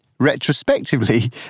Retrospectively